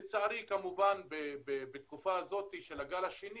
לצערי כמובן בתקופה הזו של הגל השני